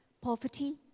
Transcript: Poverty